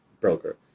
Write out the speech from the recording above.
broker